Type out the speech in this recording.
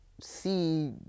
see